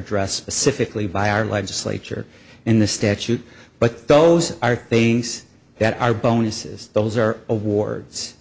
dress pacifically by our legislature in the statute but those are things that are bonuses those are awards